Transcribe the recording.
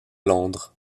londres